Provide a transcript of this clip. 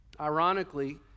Ironically